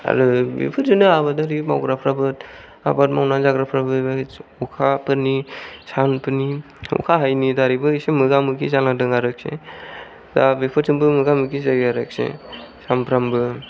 आरो बेफोरजोंनो आबादारि मावग्राफ्राबो आबाद मावनानै जाग्राफ्राबो अखाफोरनि सानफोरनि अखा हायैनि दारैबो एसे मोगा मोगि जानांदों आरोखि दा बेफोरजोंबो मोगा मोगि जायो आरोखि सामफ्रामबो